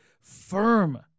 firm